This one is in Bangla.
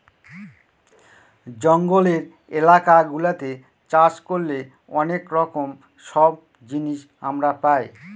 জঙ্গলের এলাকা গুলাতে চাষ করলে অনেক রকম সব জিনিস আমরা পাই